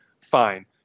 fine